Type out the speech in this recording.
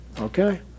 okay